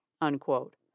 unquote